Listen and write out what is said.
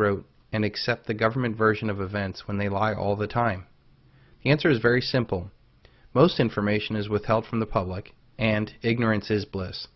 road and accept the government version of events when they lie all the time the answer is very simple most information is withheld from the public and ignorance is bliss